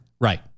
Right